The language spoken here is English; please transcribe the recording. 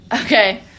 Okay